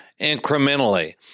incrementally